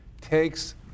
takes